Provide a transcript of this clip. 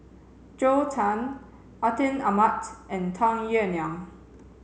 Zhou Can Atin Amat and Tung Yue Nang